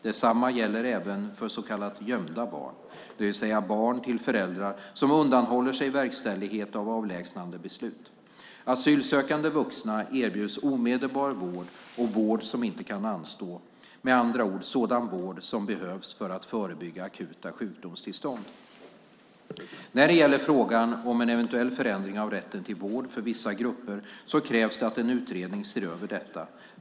Detsamma gäller även för så kallade gömda barn, det vill säga barn till föräldrar som undanhåller sig verkställighet av avlägsnandebeslut. Asylsökande vuxna erbjuds omedelbar vård och vård som inte kan anstå, med andra ord sådan vård som behövs för att förebygga akuta sjukdomstillstånd. När det gäller frågan om en eventuell förändring av rätten till vård för vissa grupper krävs det att en utredning ser över detta.